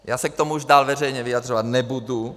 Já se k tomu už dál veřejně vyjadřovat nebudu.